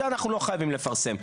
זה אנחנו לא חייבים לפרסם.